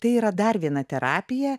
tai yra dar viena terapija